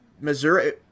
Missouri